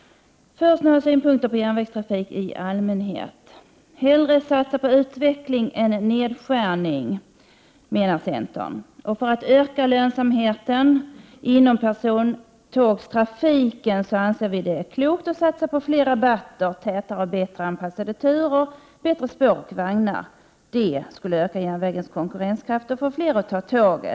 Först några synpunkter på järnvägstrafik i allmänhet. Vi skall hellre satsa på utveckling än på nedskärning, menar centern. För att öka lönsamheten inom persontågstrafiken är det klokt, anser vi, att satsa på fler rabatter, tätare och bättre anpassade turer, bättre spår och vagnar. Det skulle öka järnvägens konkurrenskraft och få fler att ta tåget.